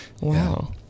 Wow